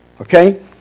Okay